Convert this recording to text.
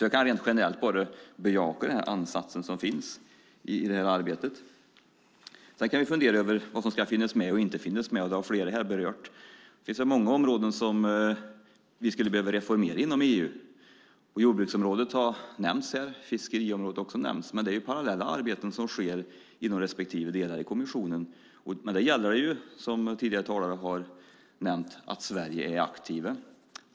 Jag kan rent generellt bara bejaka den ansats som finns i det här arbetet. Sedan kan vi fundera över vad som ska finnas med och inte finnas med. Det har flera talare berört. Det finns många områden som vi skulle behöva reformera inom EU. Jordbruksområdet har nämnts. Fiskeriområdet har också nämnts. Men det är ju parallella arbeten som sker inom respektive delar i kommissionen. Det gäller ju, som tidigare talare har nämnt, att Sverige är aktivt.